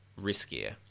riskier